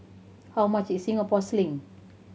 how much is Singapore Sling